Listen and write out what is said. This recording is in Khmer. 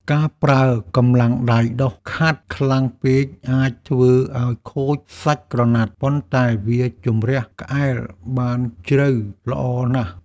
ការប្រើកម្លាំងដៃដុសខាត់ខ្លាំងពេកអាចធ្វើឱ្យខូចសាច់ក្រណាត់ប៉ុន្តែវាជម្រះក្អែលបានជ្រៅល្អណាស់។